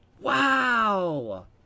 Wow